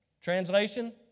Translation